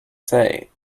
say